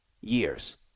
years